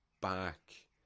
back